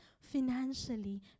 financially